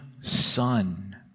Son